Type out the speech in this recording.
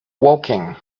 woking